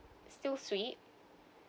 still sweet